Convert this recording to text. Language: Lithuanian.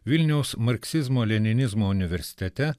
vilniaus marksizmo leninizmo universitete